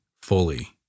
fully